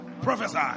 prophesy